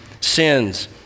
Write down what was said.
sins